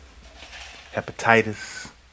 hepatitis